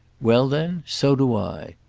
well then so do i!